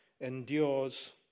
endures